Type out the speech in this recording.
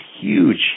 huge